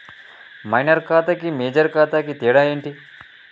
Minor ఖాతా కి major ఖాతా కి తేడా ఏంటి?